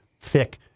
thick